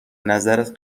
نظرت